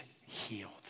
healed